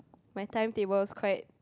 my timetable is quite